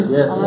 Yes